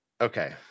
okay